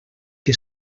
que